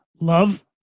love